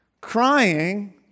crying